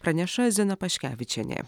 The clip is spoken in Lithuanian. praneša zina paškevičienė